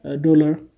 dollar